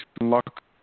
unlock